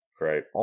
Right